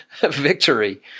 victory